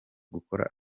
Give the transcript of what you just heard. gukora